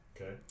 Okay